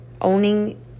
owning